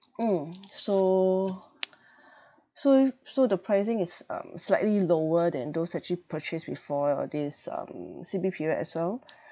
mm so so so the pricing is um slightly lower than those actually purchase before all this um C_B period as well